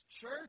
church